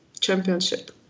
championship